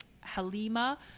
Halima